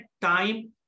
time